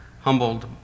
humbled